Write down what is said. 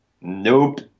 Nope